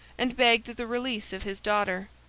and begged the release of his daughter.